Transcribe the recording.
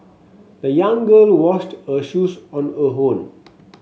the young girl washed her shoes on her own